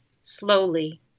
slowly